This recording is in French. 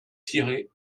tirez